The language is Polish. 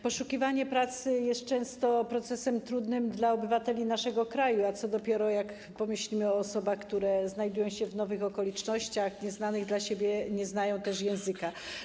Poszukiwanie pracy jest często procesem trudnym dla obywateli naszego kraju, a co dopiero jak pomyślimy o osobach, które znajdują się w nowych okolicznościach, nieznanych dla nich, nie znają też języka.